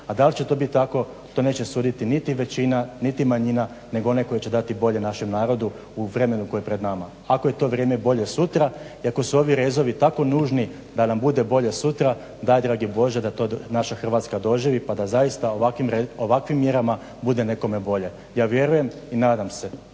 a dal će to biti tako, to neće suditi niti većina niti manjina nego onaj koji će dati bolje našem narodu u vremenu koje je pred nama ako je to vrijeme bolje sutra, i ako su ovi rezovi tako nužni da nam bude bolje sutra daj dragi Bože da to naša Hrvatska doživi pa da zaista ovakvim mjerama bude nekome bolje. Ja vjerujem i nadam se